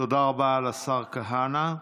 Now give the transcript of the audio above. תודה רבה לשר כהנא.